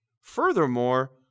Furthermore